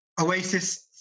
Oasis